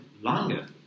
longer